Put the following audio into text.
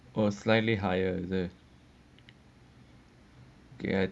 a slightly higher the guard